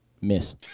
Miss